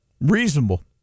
Reasonable